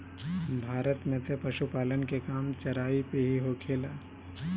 भारत में तअ पशुपालन के काम चराई पे ही होखेला